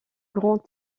grand